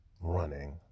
running